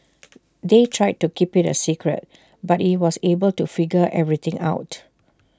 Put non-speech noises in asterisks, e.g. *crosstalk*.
*noise* they tried to keep IT A secret but he was able to figure everything out